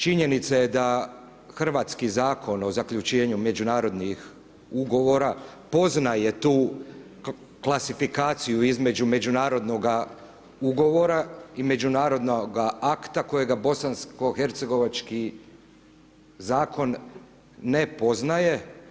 Činjenica je da hrvatski Zakon o zaključivanju međunarodnih ugovora poznaje tu klasifikaciju između međunarodnoga ugovora i međunarodnoga akta kojega bosansko-hercegovački zakon ne poznaje.